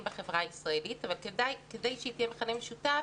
בחברה הישראלית אבל כדי שהיא תהיה מכנה משותף,